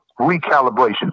recalibration